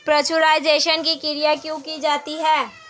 Pasteurisation की क्रिया क्यों की जाती है?